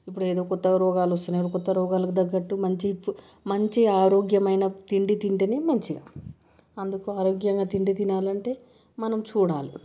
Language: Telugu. ఇప్పుడు ఏదో కొత్తగా రోగాలు వస్తున్నాయి కొత్త రోగాలకు తగ్గట్టు మంచిగా మంచి ఆరోగ్యమైన తిండి తింటేనే మంచిగా అందుకు ఆరోగ్యమైన తిండి తినాలంటే మనం చూడాలి